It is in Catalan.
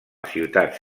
ciutat